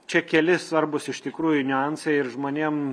čia keli svarbūs iš tikrųjų niuansai ir žmonėm